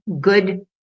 good